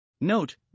Note